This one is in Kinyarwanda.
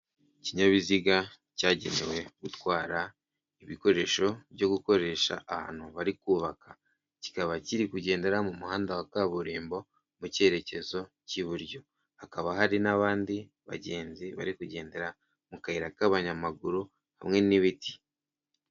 Ikinyabiziga cyagenewe gutwara ibikoresho byo gukoresha ahantu bari kubaka kikaba kiri kugendera mu muhanda wa kaburimbo mu cyerekezo cy'iburyo hakaba hari n'abandi bagenzi bari kugendera mu kayira k'abanyamaguru hamwe n'ibiti.